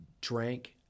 drank